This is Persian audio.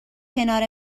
کنار